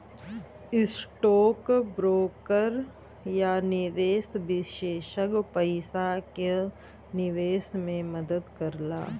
stock broker या निवेश विषेसज्ञ पइसा क निवेश में मदद करला